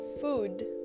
food